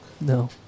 No